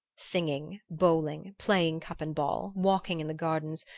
singing, bowling, playing cup and ball, walking in the gardens,